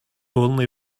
only